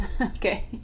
Okay